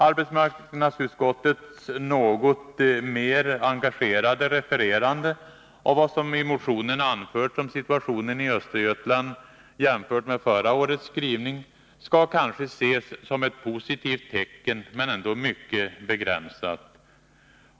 Arbetsmarknadsutskottets något mer engagerade refererande av vad som i motionen anförts om situationen i Östergötland, jämfört med förra årets skrivning, skall kanske ses som ett positivt tecken men ändå mycket begränsat.